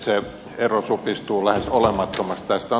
se ero supistuu lähes olemattomaksi